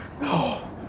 No